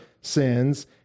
sins